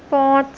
پانچ